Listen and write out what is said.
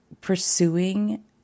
pursuing